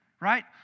right